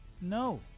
No